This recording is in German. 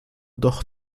doch